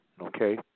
okay